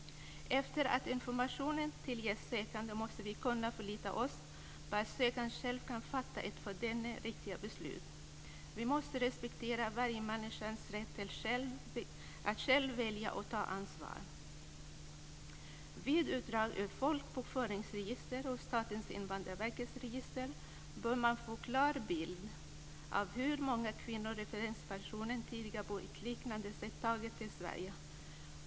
Efter det att informationen delgetts sökanden måste vi kunna förlita oss på att sökanden själv kan fatta ett för denne riktigt beslut. Vi måste respektera varje människas rätt till att själv välja och ta ansvar. Vid utdrag ur folkbokföringsregister och Statens invandrarverks register bör man få en klar bild av hur många kvinnor referenspersonen tidigare på ett liknande sätt tagit till Sverige.